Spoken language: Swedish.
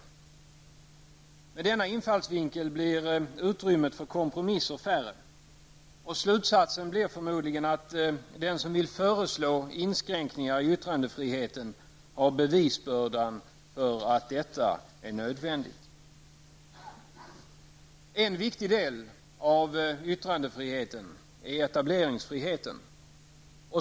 Med denna infallsvinkel blir utrymmet för kompromisser färre. Slutsatsen blir förmodligen att den som vill föreslå inskränkningar i yttrandefriheten har uppgiften att bevisa att det är nödvändigt. En viktig del av yttrandefriheten är etableringsfriheten.